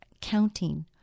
counting